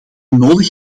nodig